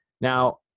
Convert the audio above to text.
Now